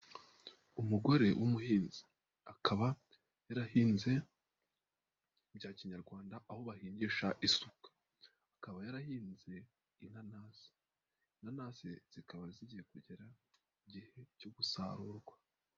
Umugore w'umuhinzi akaba yarahinze bya Kinyarwanda aho bahingisha isuka, akaba yarahinze inanasi, inanasi zikaba zigiye kugera ku gihe cyo gusarurwa.